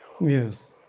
Yes